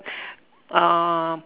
um